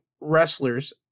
wrestlers